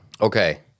Okay